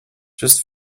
just